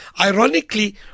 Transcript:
Ironically